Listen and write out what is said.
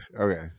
Okay